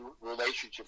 relationship